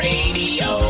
Radio